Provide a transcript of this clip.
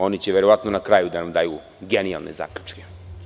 Oni će verovatno na kraju da nam daju genijalne zaključke.